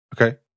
Okay